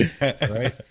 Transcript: right